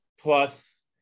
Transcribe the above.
plus